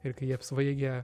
ir kai jie apsvaigę